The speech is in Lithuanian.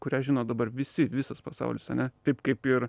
kurią žino dabar visi visas pasaulis ane taip kaip ir